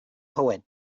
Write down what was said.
poet